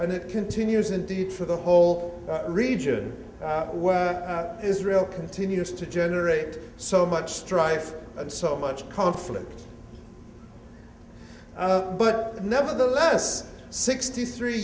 and it continues indeed for the whole region israel continues to generate so much strife and so much conflict but nevertheless sixty three